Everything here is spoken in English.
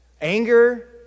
anger